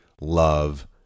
love